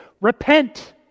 repent